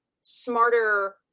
smarter